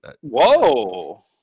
Whoa